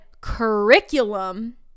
curriculum